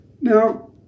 Now